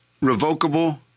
revocable